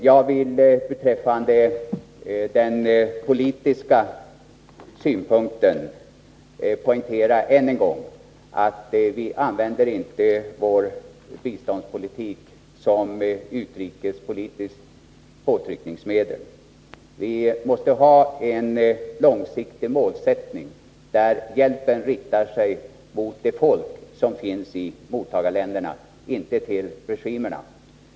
Jag vill än en gång poängtera att vi inte använder vår biståndspolitik som ett utrikespolitiskt påtryckningsmedel. Vi måste ha som långsiktig målsättning att hjälpen skall rikta sig till det folk som finns i mottagarländerna, inte till regimerna.